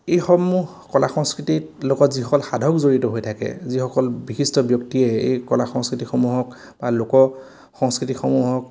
এইসমূহ কলা সংস্কৃতিৰ লগত যিসকল সাধক জড়িত হৈ থাকে যিসকল বিশিষ্ট ব্যক্তিয়ে এই কলা সংস্কৃতিসমূহক বা লোকসংস্কৃতিসমূহক